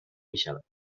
میشود